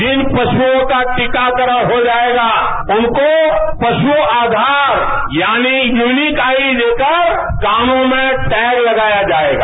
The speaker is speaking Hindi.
जिन पश्ओं का टीकाकरण हो जायेगा उनको पश् आधार यानी यूनीक आईडी देकर कानों में टैग लगाया जायेगा